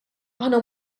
aħna